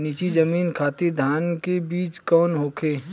नीची जमीन खातिर धान के बीज कौन होखे?